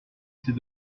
ces